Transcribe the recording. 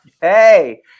Hey